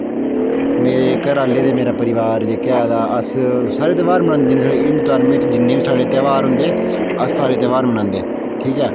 मेरे घरै ले ते मेरा परोआर जेह्का ऐ ता अस साढ़े तेहार बनांदे जिन्ने साढ़े हिन्दु धर्म च जिन्ने बी साढ़े तेहार होंदे अस सारे तेहार बनांदे ठीक ऐ